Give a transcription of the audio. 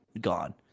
gone